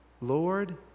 lord